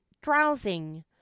drowsing